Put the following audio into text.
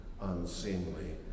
unseemly